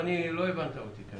כנראה לא הבנת אותי.